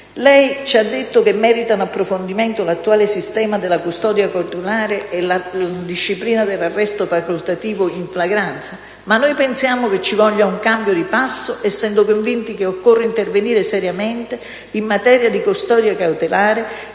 Lei ci ha detto che meritano approfondimento l'attuale sistema della custodia cautelare e la disciplina dell' arresto facoltativo in flagranza. Ma noi pensiamo che ci voglia un cambio di passo, essendo convinti che occorre intervenire seriamente in materia di custodia cautelare